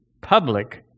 public